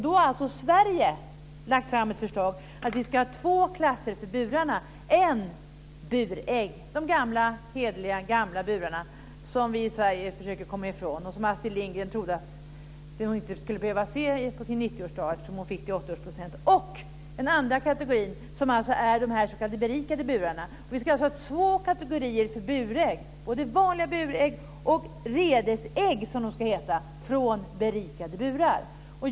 Då har Sverige lagt fram ett förslag för två klasser för burarna. En klass är burägg, de hederliga gamla burarna, som vi i Sverige försöker komma ifrån och som Astrid Lindgren trodde att hon inte skulle behöva se till sin 90-årsdag efter vad hon fick i 80-årspresent. En andra kategori är de s.k. berikade burarna. Det ska alltså vara två kategorier för burägg. Det är vanliga burägg och redesägg från berikade burar.